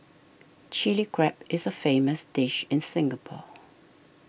Chilli Crab is a famous dish in Singapore